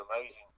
amazing